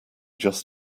just